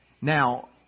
Now